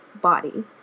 body